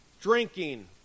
drinking